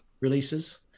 releases